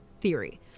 theory